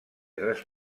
tres